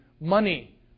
money